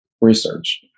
research